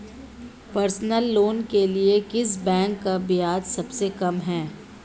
Personal loan के लिए किस बैंक का ब्याज सबसे कम है?